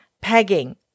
pegging